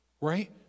Right